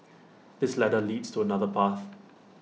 this ladder leads to another path